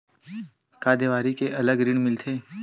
का देवारी के अलग ऋण मिलथे?